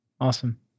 awesome